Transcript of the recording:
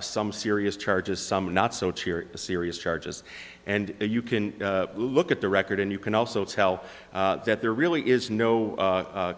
some serious charges some not so cheery serious charges and you can look at the record and you can also tell that there really is no